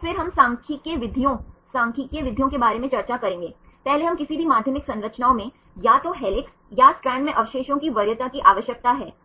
फिर हम सांख्यिकीय विधियों सांख्यिकीय विधियों के बारे में चर्चा करेंगे पहले हमें किसी भी माध्यमिक संरचनाओं में या तो हेलिक्स या स्ट्रैंड में अवशेषों की वरीयता की आवश्यकता है